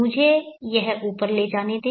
मुझे यह ऊपर ले जाने दें